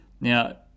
Now